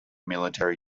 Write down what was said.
military